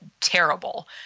terrible